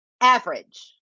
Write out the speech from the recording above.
Average